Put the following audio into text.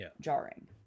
jarring